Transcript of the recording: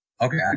Okay